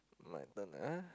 my turn ah